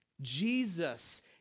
Jesus